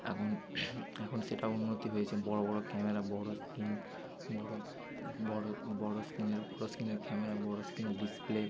এখন এখন সেটা উন্নতি হয়েছে বড় বড় ক্যামেরা বড় স্ক্রীন বড় বড় বড় স্ক্রীনের বড় স্ক্রীনের ক্যামেরা বড় স্ক্রীনের ডিসপ্লে